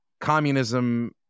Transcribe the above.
communism